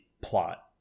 plot